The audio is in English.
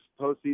postseason